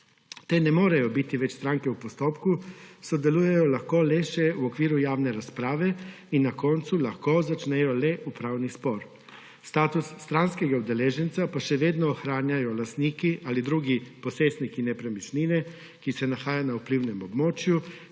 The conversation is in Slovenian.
Te ne morejo biti več stranke v postopku, sodelujejo lahko le še v okviru javne razprave in na koncu lahko začnejo le upravni spor. Status stranskega udeleženca pa še vedno ohranjajo lastniki ali drugi posestniki nepremičnine, ki se nahaja na vplivnem območju,